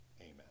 Amen